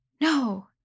No